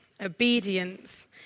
Obedience